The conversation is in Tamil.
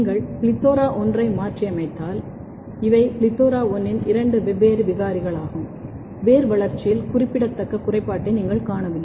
நீங்கள் PLETHORA 1 ஐ மாற்றியமைத்தால் இவை PLETHORA 1 இன் இரண்டு வெவ்வேறு விகாரிகளாகும் வேர் வளர்ச்சியில் குறிப்பிடத்தக்க குறைபாட்டை நீங்கள் காணவில்லை